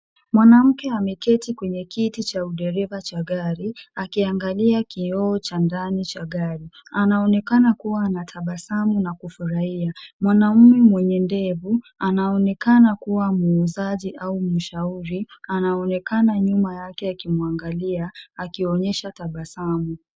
Mwanamke ameketi kwenye kiti cha udereva cha gari akiangalia kioo cha ndani cha gari. Anaonekana kuwa na tabasamu na kufurahia. Mwanaume mwenye ndevu anaonekana kuwa muuzaji au mshauri anaonekana nyuma yake akimwangalia, akionyesha tabasamu.